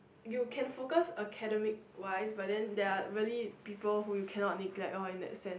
you can focus academic wise but then there are really people who you cannot neglect in that sense